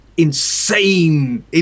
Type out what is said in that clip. insane